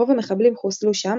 רוב המחבלים חוסלו שם,